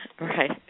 Right